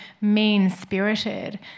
mean-spirited